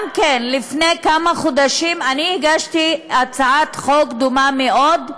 לפני כמה חודשים גם אני הגשתי הצעת חוק דומה מאוד,